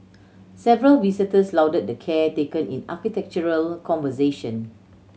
several visitors lauded the care taken in architectural conservation